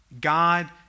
God